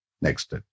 Next